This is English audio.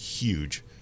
huge